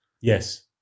Yes